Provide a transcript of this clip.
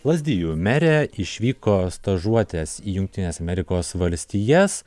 lazdijų merė išvyko stažuotes į jungtines amerikos valstijas